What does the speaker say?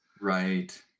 Right